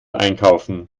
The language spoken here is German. einkaufen